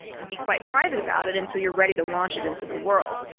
and be quite private about it until you're ready to launch it into the world.